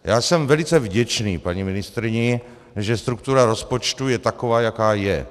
Já jsem velice vděčný paní ministryni, že struktura rozpočtu je taková, jaká je.